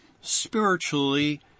spiritually